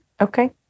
Okay